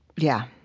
yeah.